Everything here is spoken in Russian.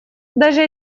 даже